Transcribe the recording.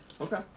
Okay